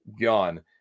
gone